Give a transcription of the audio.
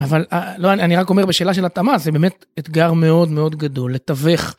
אבל אני רק אומר בשאלה של התאמה, זה באמת אתגר מאוד מאוד גדול, לתווך.